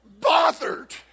bothered